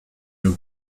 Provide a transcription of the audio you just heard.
you